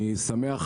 אני שמח,